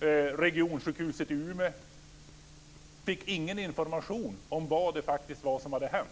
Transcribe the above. och regionsjukhuset i Umeå inte fick någon information om vad det faktiskt var som hade hänt.